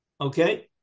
Okay